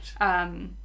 Right